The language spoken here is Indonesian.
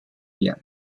yen